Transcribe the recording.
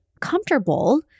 comfortable